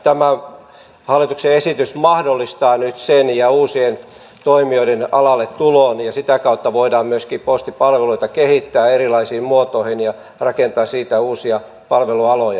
tämä hallituksen esitys mahdollistaa nyt sen ja uusien toimijoiden alalle tulon ja sitä kautta voidaan myöskin postipalveluita kehittää erilaisiin muotoihin ja rakentaa siitä uusia palvelualoja